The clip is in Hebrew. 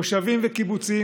מושבים וקיבוצים,